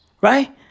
right